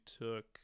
took